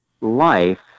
life